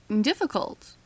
difficult